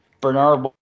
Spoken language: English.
Bernard